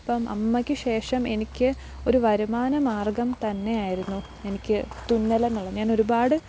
ഇപ്പം അമ്മയ്ക്ക് ശേഷം എനിക്ക് ഒരു വരുമാന മാർഗ്ഗം തന്നെ ആയിരുന്നു എനിക്ക് തുന്നൽ എന്നുള്ള ഞാനൊരുപാട്